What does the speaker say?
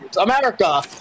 America